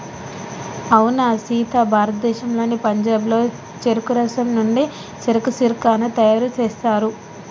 అవునా సీత భారతదేశంలోని పంజాబ్లో చెరుకు రసం నుండి సెరకు సిర్కాను తయారు సేస్తారు